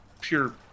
pure